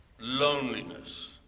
loneliness